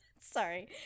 Sorry